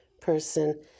person